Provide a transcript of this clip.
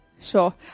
sure